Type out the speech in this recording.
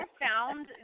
found